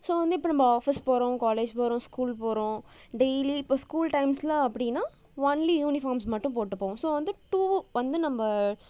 so வந்து இப்போ நம்ம ஆஃபீஸ் போகிறோம் காலேஜ் போகிறோம் ஸ்கூல் போகிறோம் டெய்லி இப்போ ஸ்கூல் டைம்ஸில் அப்படின்னா ஒன்லி யூனிஃபார்ம்ஸ் மட்டும் போட்டு போவோம் ஸோ வந்து டூவு வந்து நம்ம